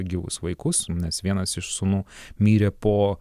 gyvus vaikus nes vienas iš sūnų mirė po